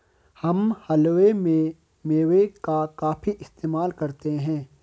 हम हलवे में मेवे का काफी इस्तेमाल करते हैं